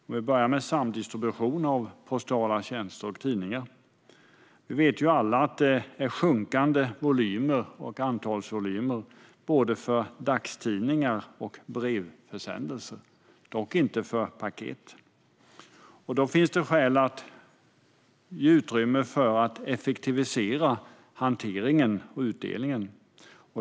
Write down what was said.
När det gäller samdistribution av post och tidningar vet vi alla att volymerna sjunker för både dagstidningar och brevförsändelser, dock inte för paket. Det finns skäl att effektivisera hanteringen och utdelningen.